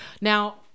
Now